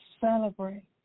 celebrate